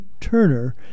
Turner